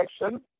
election